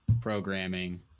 programming